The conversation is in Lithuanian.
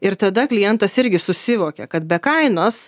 ir tada klientas irgi susivokia kad be kainos